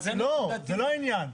לא, זה לא העניין.